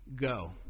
Go